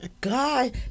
God